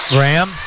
Graham